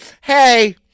hey